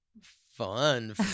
Fun